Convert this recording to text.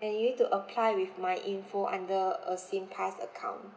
and you need to apply with my info under a singpass account